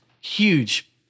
huge